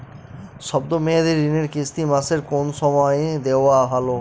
শব্দ মেয়াদি ঋণের কিস্তি মাসের কোন সময় দেওয়া ভালো?